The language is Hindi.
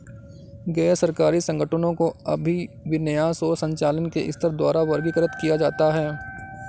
गैर सरकारी संगठनों को अभिविन्यास और संचालन के स्तर द्वारा वर्गीकृत किया जाता है